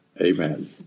Amen